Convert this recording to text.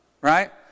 Right